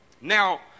now